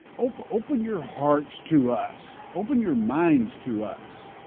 open open your hearts to us, open your minds to us.